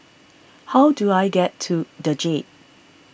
how do I get to the Jade